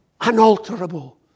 Unalterable